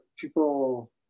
people